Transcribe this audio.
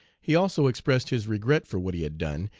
he also expressed his regret for what he had done,